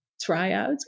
tryout